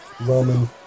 Roman